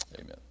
amen